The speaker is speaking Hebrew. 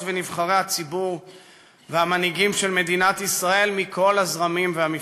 ונבחרי הציבור והמנהיגים של מדינת ישראל מכל הזרמים והמפלגות.